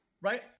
right